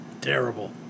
terrible